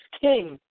king